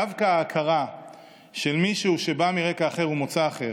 דווקא ההכרה של מישהו שבא מרקע אחר ומוצא אחר,